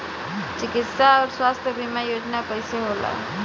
चिकित्सा आऊर स्वास्थ्य बीमा योजना कैसे होला?